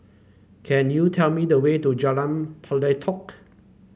can you tell me the way to Jalan Pelatok